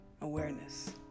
awareness